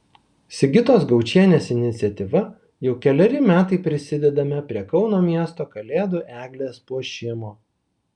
sigitos gaučienės iniciatyva jau keleri metai prisidedame prie kauno miesto kalėdų eglės puošimo